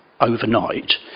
overnight